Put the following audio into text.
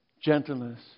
gentleness